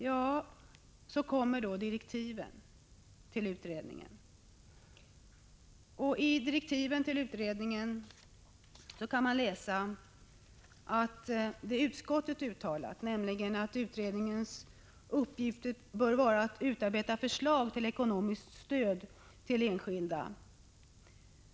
Sedan kom direktiven till utredningen. I dem kunde man inte läsa utskottets uttalande att utredningens uppgifter bör vara att utarbeta förslag till ekonomiskt stöd till enskilda.